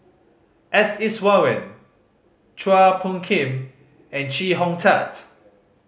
S Iswaran Chua Phung Kim and Chee Hong Tat